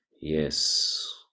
yes